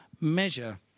measure